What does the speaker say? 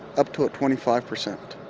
up to twenty five percent